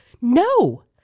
no